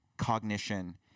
Cognition